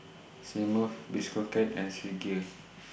Smirnoff Bistro Cat and Swissgear